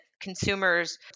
consumers